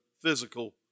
physical